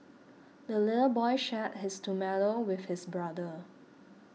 the little boy shared his tomato with his brother